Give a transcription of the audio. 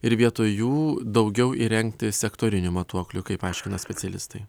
ir vietoj jų daugiau įrengti sektorinių matuoklių kaip aiškina specialistai